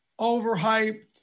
overhyped